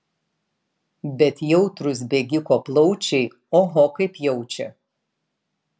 bet jautrūs bėgiko plaučiai oho kaip jaučia